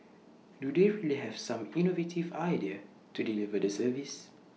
do they really have some innovative ideas to deliver the service